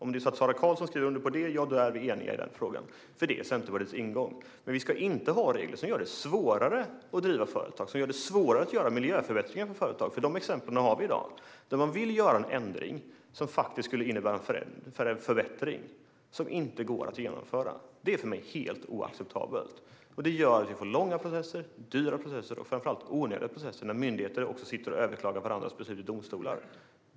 Om Sara Karlsson skriver under på det är vi eniga i den frågan, för det är Centerpartiets ingång. Men vi ska inte ha regler som gör det svårare att driva företag och att göra miljöförbättringar i företag. Sådana exempel har vi i dag: Man vill göra en ändring som faktiskt skulle innebära en förbättring men som inte går att genomföra. Det är för mig helt oacceptabelt. Detta gör att vi får långa, dyra och framför allt onödiga processer, när myndigheter sitter och överklagar varandras beslut i domstolar.